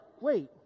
wait